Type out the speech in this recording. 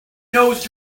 knows